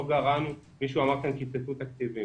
מישהו אמר כאן שקיצצו תקציבים.